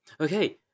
Okay